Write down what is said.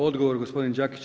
Odgovor gospodin Đakić.